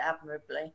admirably